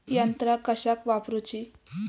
यंत्रा कशाक वापुरूची?